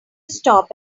stop